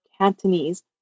Cantonese